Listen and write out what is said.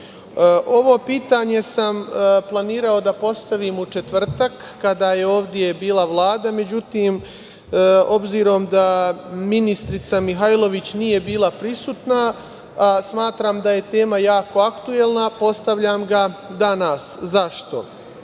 pitanje sam planirao da postavim u četvrtak, kada je ovde bila Vlada, međutim, obzirom da ministrica Mihajlović nije bila prisutna, smatram da je tema jako aktuelna i postavljam ga danas.